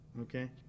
okay